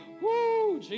Woo